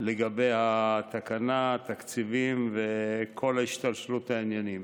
לגבי התקנה, התקציבים וכל השתלשלות העניינים.